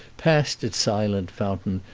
past its silent fountain,